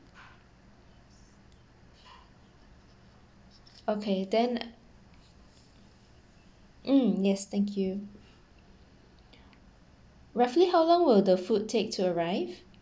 okay then mm yes thank you roughly how long will the food take to arrive